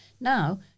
Now